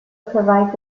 provides